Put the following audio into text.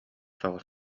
соҕус